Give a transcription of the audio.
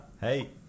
Hey